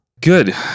Good